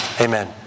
Amen